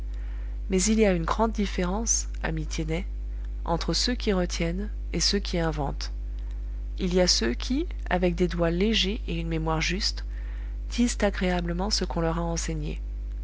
mais il y a une grande différence ami tiennet entre ceux qui retiennent et ceux qui inventent il y a ceux qui avec des doigts légers et une mémoire juste disent agréablement ce qu'on leur a enseigné